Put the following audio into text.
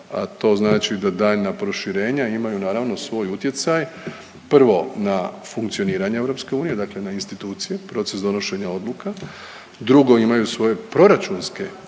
a to znači da daljnja proširenja imaju naravno svoj utjecaj, prvo na funkcioniranje EU, dakle na institucije, proces donošenja odluka, drugo, imaju svoje proračunske